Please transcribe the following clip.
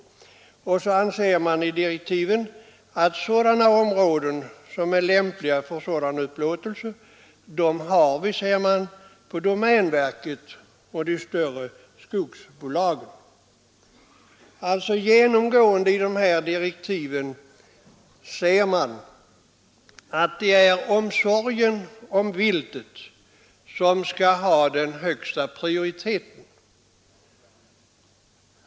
Vidare säger man i direktiven att områden som är lämpliga för sådan upplåtelse innehas av domänverket och de större skogsbolagen. En genomgående tanke i direktiven är omsorgen om viltet. Den omsorgen skall ha den högsta prioriteten.